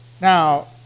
Now